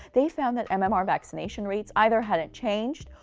they found that um mmr vaccination rates either hadn't changed,